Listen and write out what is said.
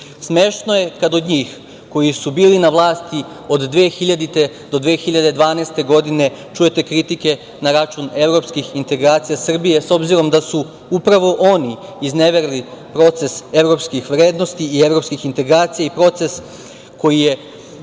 Srbije. Smešno je kad od njih koji su bili na vlasti od 2000. do 2012. godine, čujete kritike na račun Evropskih integracija Srbije, s obzirom da su upravo oni izneverili proces evropskih vrednosti, Evropskih integracija i proces koji je